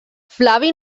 flavi